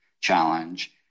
challenge